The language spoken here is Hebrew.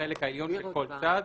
בחלק העליון של כל צד,